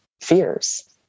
fears